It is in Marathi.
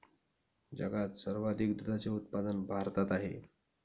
जगात सर्वाधिक दुधाचे उत्पादन भारतात आहे